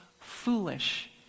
foolish